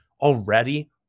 already